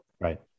Right